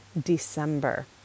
December